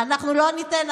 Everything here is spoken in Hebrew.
אנחנו לא ניתן.